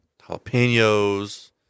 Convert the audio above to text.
jalapenos